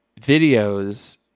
videos